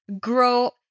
grow